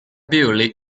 bully